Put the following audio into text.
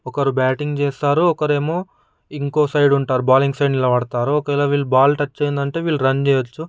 ఒకరు బ్యాటింగ్ చేస్తారు ఒకరేమో ఇంకో సైడ్ ఉంటారు బౌలింగ్ సైడ్ నిలబడతారు ఒకవేళ వీళ్ళ బాలు టచ్ అయిందంటే వీళ్ళు రన్ చేయొచ్చు